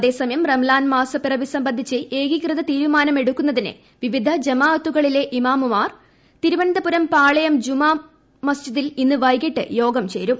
അതേസമയം റംസാൻ മാസപ്പിറവി സംബ്ലൂന്ധിച്ച് ഏകീകൃത തീരു മാനം എടുക്കുന്നതിന് വിവിധ ജമ്മൃത്ത്തുകളിലെ ഇമാമുമാർ തിരുവനന്തപുരം പാളയം ജും ്ട്ആ മ്സ്ജിദിൽ ഇന്ന് വൈകിട്ട് യോഗം ചേരും